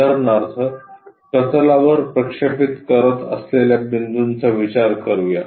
उदाहरणार्थ प्रतलावर प्रक्षेपित करत असलेल्या बिंदूचा विचार करूया